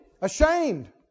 ashamed